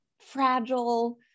Fragile